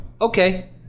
okay